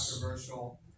controversial